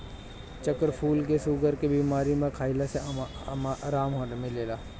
चक्रफूल के शुगर के बीमारी में खइला से आराम मिलेला